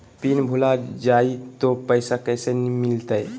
Pin भूला जाई तो पैसा कैसे मिलते?